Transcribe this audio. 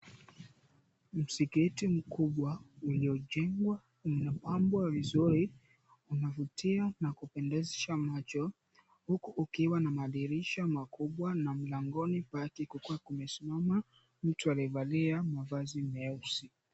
Msikiti mkubwa uliojengwa unapambwa vizuri, unavutia na kupendezesha macho huku ukiwa na madirisha makubwa na mlangoni pake kukiwa kumesimama, mtu aliyevalia mavazi meusi.